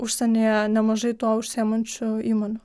užsienyje nemažai tuo užsiimančių įmonių